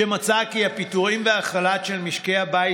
שמצאה כי הפיטורים והחל"ת של משקי הבית